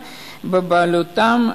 בבעלותם,